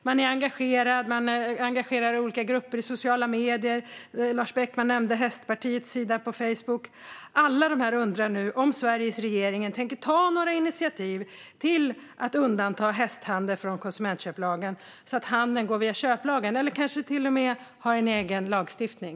Man är engagerad i olika grupper i sociala medier; Lars Beckman nämnde Hästpartiets sida på Facebook. Alla dessa undrar nu om Sveriges regering tänker ta några initiativ till att undanta hästhandel från konsumentköplagen, så att handeln går via köplagen eller kanske till och med har en egen lagstiftning.